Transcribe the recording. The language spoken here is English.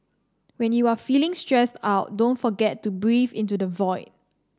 when you are feeling stressed out don't forget to breathe into the void